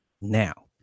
Now